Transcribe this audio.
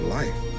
life